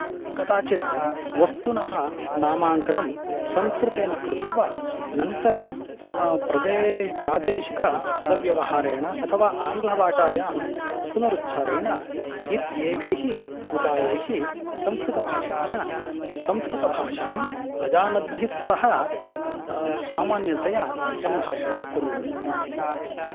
कदाचित् वस्तुनः नामाङ्कनं संस्कृतेन कृत्वा अनन्तरं प्रदेश प्रादेशिकपदव्यवहारेण अथवा आङ्ग्लभाषायां पुनः उच्चारणेन इत्येभिः उपायैः संस्कृतभाषिणः संस्कृतभाषां अजानद्भिः सह सामान्यतया संभाषणं कुर्वन्ति